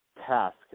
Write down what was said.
task